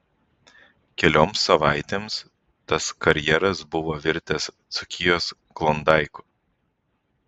kelioms savaitėms tas karjeras buvo virtęs dzūkijos klondaiku